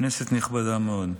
כנסת נכבדה מאוד,